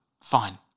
Fine